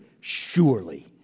surely